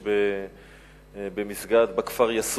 3. מה ייעשה